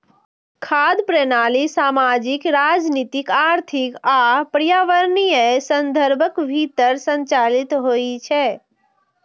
खाद्य प्रणाली सामाजिक, राजनीतिक, आर्थिक आ पर्यावरणीय संदर्भक भीतर संचालित होइ छै